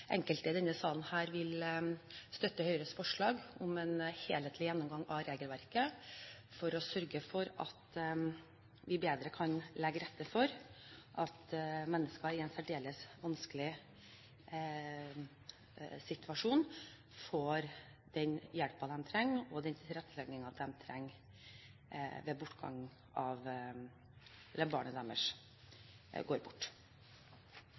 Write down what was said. enkelte i denne salen vil støtte Høyres forslag om en helhetlig gjennomgang av regelverket for å sørge for at vi bedre kan legge til rette for at mennesker som er i en særdeles vanskelig situasjon, får den hjelpen og den tilretteleggingen de trenger når barnet deres har gått bort. Den